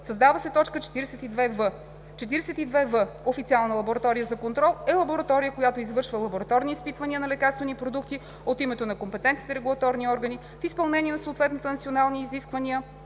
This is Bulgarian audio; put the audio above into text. създава се т. 42в: „42в. „Официална лаборатория за контрол“ е лаборатория, която извършва лабораторни изпитвания на лекарствени продукти от името на компетентните регулаторни органи в изпълнение на съответни национални изисквания